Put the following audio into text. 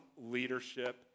leadership